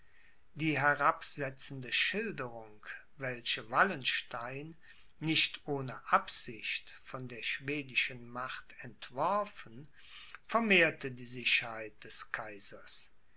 die herabsetzende schilderung welche wallenstein nicht ohne absicht von der schwedischen macht entworfen vermehrte die sicherheit des kaisers